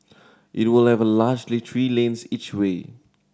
it will largely three lanes each way